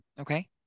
Okay